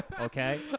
Okay